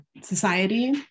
society